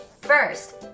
first